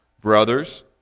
brothers